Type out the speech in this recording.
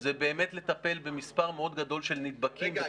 זה לטפל במספר מאוד גדול של נדבקים בצורה --- רגע,